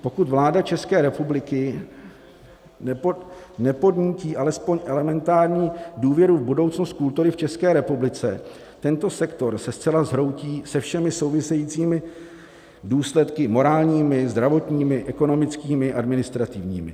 Pokud vláda České republiky nepodnítí alespoň elementární důvěru v budoucnost kultury v České republice, tento sektor se zcela zhroutí se všemi souvisejícími důsledky morálními, zdravotními, ekonomickými, administrativními.